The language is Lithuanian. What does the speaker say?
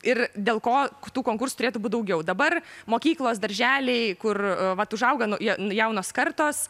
ir dėl ko tų konkursų turėtų būti daugiau dabar mokyklos darželiai kur vat užauga nauja jaunos kartos